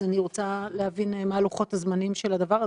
אני רוצה להבין מה לוחות הזמנים של הדבר הזה.